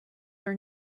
are